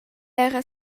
era